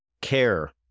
care